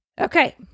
Okay